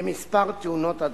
במספר תאונות הדרכים.